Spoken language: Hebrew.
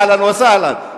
אהלן וסהלן,